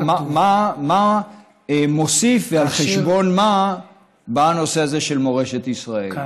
מה מוסיף ועל חשבון מה בא הנושא הזה של מורשת ישראל?